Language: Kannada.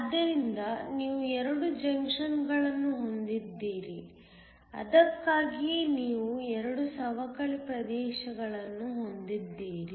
ಆದ್ದರಿಂದ ನೀವು 2 ಜಂಕ್ಷನ್ಗಳನ್ನು ಹೊಂದಿದ್ದೀರಿ ಅದಕ್ಕಾಗಿಯೇ ನೀವು 2 ಸವಕಳಿ ಪ್ರದೇಶಗಳನ್ನು ಹೊಂದಿದ್ದೀರಿ